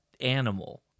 animal